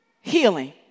healing